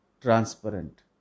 transparent